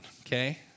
okay